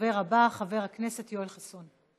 הדובר הבא, חבר הכנסת יואל חסון.